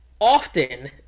often